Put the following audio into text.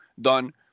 done